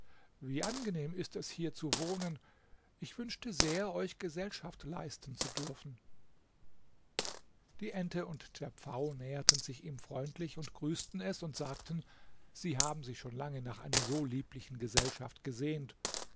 wie angenehm ist es hier zu wohnen ich wünschte sehr euch gesellschaft leisten zu dürfen die ente und der pfau näherten sich ihm freundlich grüßten es und sagten sie haben sich schon lange nach einer so lieblichen gesellschaft gesehnt